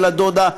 ולדודה,